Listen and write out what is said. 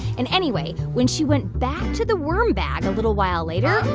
and, anyway, when she went back to the worm bag a little while later,